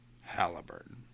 Halliburton